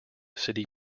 city